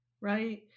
right